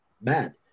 bad